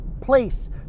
place